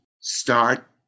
Start